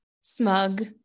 smug